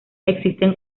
existen